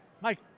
Mike